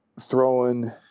throwing